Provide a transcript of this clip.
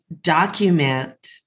document